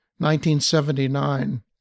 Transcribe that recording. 1979